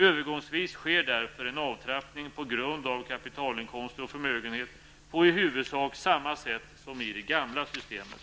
Övergångsvis sker därför en avtrappning på grund av kapitalinkomster och förmögenhet på i huvudsak samma sätt som i det gamla systemet.